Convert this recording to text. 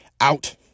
out